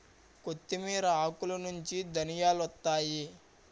కొత్తిమీర ఆకులనుంచి ధనియాలొత్తాయి